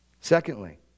Secondly